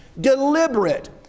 deliberate